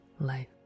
life